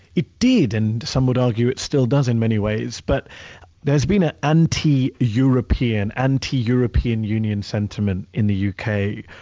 it did. and some would argue it still does in many ways. but there's been a anti-european, anti-european union sentiment in the u. k.